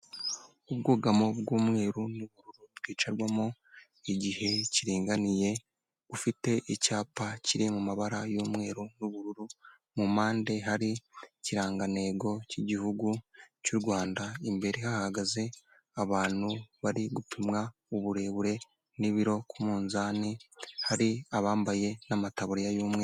Ubwugamo bw'umweru n'ubwugamo bwicarwamo igihe kiringaniye, ufite icyapa kiri mu mabara y'umweru n'ubururu, mu mpande hari ikirangantego cy'igihugu cy'u Rwanda, imbere hahagaze abantu bari gupimwa uburebure n'ibiro ku munzani, hari abambaye n'amataburiya y'umweru.